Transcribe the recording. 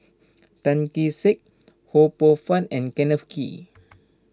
Tan Kee Sek Ho Poh Fun and Kenneth Kee